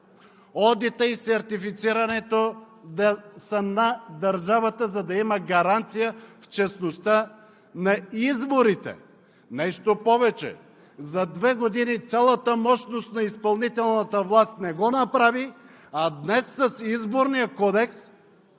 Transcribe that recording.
одитът и сертифицирането да са на държавата, за да има гаранция в честността на изборите. Нещо повече, за две години цялата мощност на изпълнителната власт не го направи, а днес с Изборния кодекс